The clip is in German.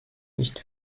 nicht